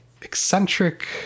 eccentric